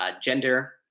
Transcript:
gender